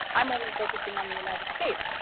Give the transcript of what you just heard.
i'm only focusing on the united states.